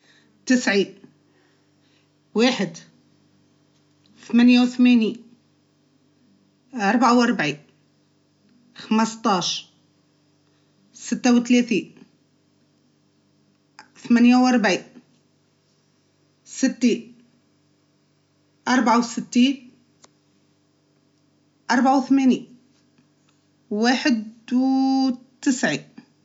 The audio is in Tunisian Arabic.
ستين ، عشره ، خمسين ،مائه ، سبعين ،عشرين ، ثمانين ، ااااا ثلاثين ، ثمانين ، أربعين.